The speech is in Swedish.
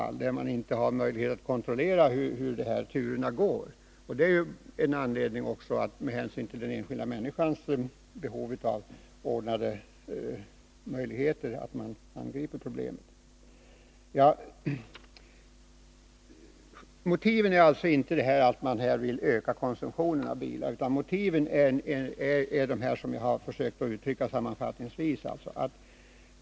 Här har man inte heller möjligheter att kontrollera hur turerna går. Den enskilda människans behov av ordnade förhållanden är alltså också en anledning att angripa problemet. Motivet är alltså inte att man vill öka konsumtionen av bilar, utan motiven är de som jag här försökt redovisa.